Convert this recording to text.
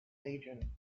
legion